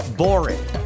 boring